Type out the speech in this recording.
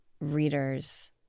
readers